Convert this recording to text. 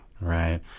Right